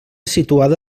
situada